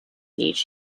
each